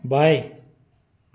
बाएँ